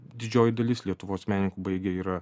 didžioji dalis lietuvos menininkų baigę yra